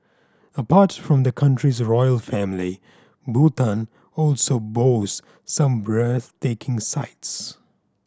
apart from the country's royal family Bhutan also boast some breathtaking sights